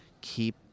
keep